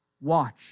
Watch